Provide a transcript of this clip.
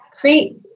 create